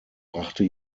brachte